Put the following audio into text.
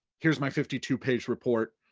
here's my fifty two page report,